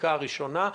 הבדיקה הראשונה.